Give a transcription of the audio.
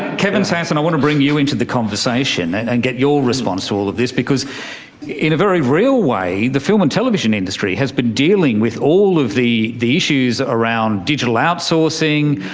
kevin sanson, i want to bring you into the conversation and and get your response to all of this, because in a very real way the film and television industry has been dealing with all of the the issues around digital outsourcing,